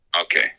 Okay